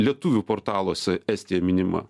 lietuvių portaluose estija minima